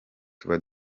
tuba